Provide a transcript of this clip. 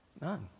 None